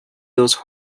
those